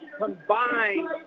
combined